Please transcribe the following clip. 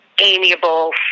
Amiable